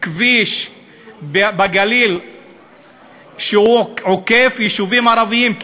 כביש בגליל שעוקף יישובים ערביים,